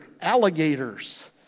alligators